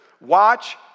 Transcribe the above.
Watch